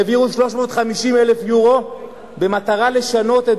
העבירו 350,000 יורו במטרה "לשנות את